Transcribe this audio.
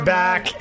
back